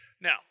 now